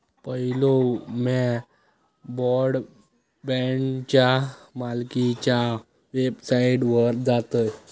पयलो म्या ब्रॉडबँडच्या मालकीच्या वेबसाइटवर जातयं